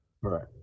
Right